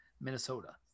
Minnesota